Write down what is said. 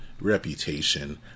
Reputation